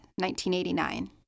1989